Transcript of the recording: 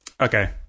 Okay